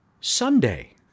Sunday